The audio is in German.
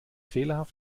fehlerhaft